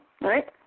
right